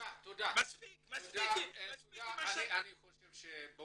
מספיק עם ה ------ אבל